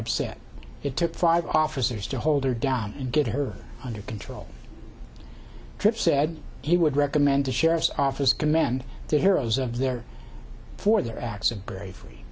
upset it took five officers to hold her down and get her under control trip said he would recommend the sheriff's office command to heroes of their for their acts of bravery